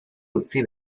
utzi